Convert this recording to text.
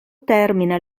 termina